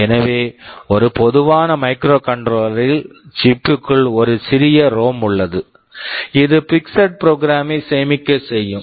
எனவே ஒரு பொதுவான மைக்ரோகண்ட்ரோலர் microcontroller -ல் சிப் chip பிற்குள் ஒரு சிறிய ரோம் ROM உள்ளது இது பிக்ஸட் ப்ரோக்ராம் fixed program மை சேமிக்க செய்யும்